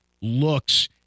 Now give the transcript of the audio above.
looks